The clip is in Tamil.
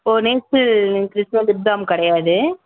ஓ நீம்ஃபில் லிப்பாம் கிடையாது